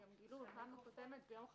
והם גילו ביום חמישי